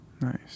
Nice